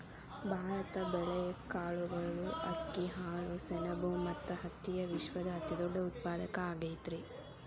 ಭಾರತ ಬೇಳೆ, ಕಾಳುಗಳು, ಅಕ್ಕಿ, ಹಾಲು, ಸೆಣಬ ಮತ್ತ ಹತ್ತಿಯ ವಿಶ್ವದ ಅತಿದೊಡ್ಡ ಉತ್ಪಾದಕ ಆಗೈತರಿ